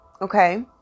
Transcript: okay